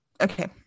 okay